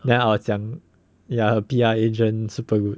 then I will 讲 ya her P_R agent super good